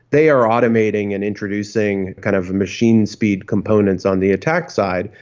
they are automating and introducing kind of machine speed components on the attack site.